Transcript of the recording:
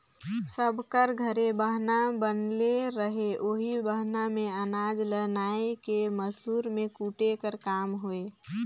सब कर घरे बहना बनले रहें ओही बहना मे अनाज ल नाए के मूसर मे कूटे कर काम होए